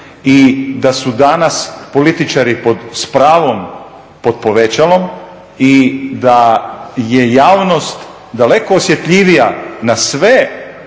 i da su danas političari s pravom pod povećalom i da je javnost daleko osjetljivija na sve